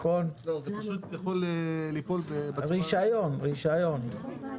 זה יכול ליפול בצורה הזאת.